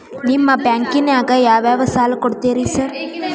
ನಿಮ್ಮ ಬ್ಯಾಂಕಿನಾಗ ಯಾವ್ಯಾವ ಸಾಲ ಕೊಡ್ತೇರಿ ಸಾರ್?